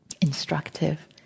instructive